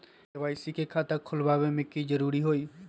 KYC के खाता खुलवा में की जरूरी होई?